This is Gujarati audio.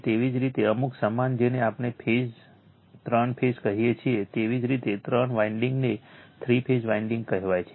તેવી જ રીતે અમુક સમાન જેને આપણે ફેઝ ત્રણ ફેઝ કહીએ છીએ તેવી જ રીતે ત્રણ વાઇન્ડીંગ ને થ્રી ફેઝ વાઇન્ડીંગ કહેવાય છે